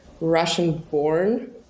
Russian-born